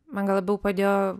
man gal labiau padėjo